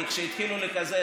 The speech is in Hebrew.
כי כשהתחילו לקזז,